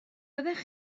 fyddech